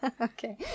Okay